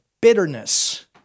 bitterness